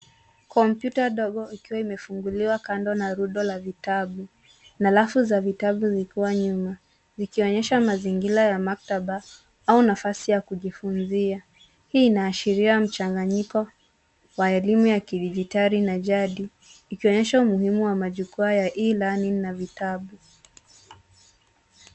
Kompyuta ndogo ikiwa imefunguliwa kando na rundo la vitabu na rafu za vitabu zikiwa nyuma zikionyesha mazingira ya maktaba au nafasi ya kujifunzia. Hii inaashiria mchanganyiko wa elimu ya kidijitali na jadi ikionyesha umuhimu wa majukwaa ya e-learning na vitabu.